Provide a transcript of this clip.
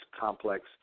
Complex